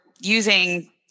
using